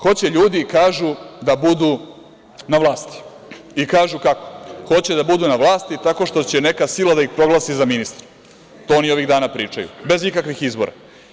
Hoće ljudi, kažu da budu na vlasti i kažu, kako, hoće da budu na vlasti tako što će neka sila da ih proglasi za ministra, to oni ovih dana pričaju, bez ikakvih izbora.